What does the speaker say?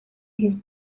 his